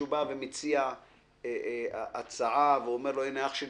כשבעל האולם מציע הצעה ואומר לו: "אח שלי,